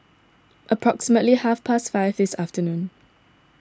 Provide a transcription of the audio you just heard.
approximately half past five this afternoon